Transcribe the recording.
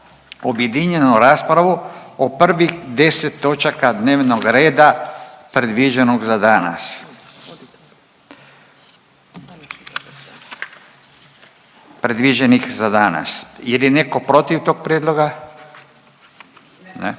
objedinjenu raspravu o prvih 10 točaka dnevnog reda predviđenog za danas, predviđenih za danas. Jel je neko protiv tog prijedloga?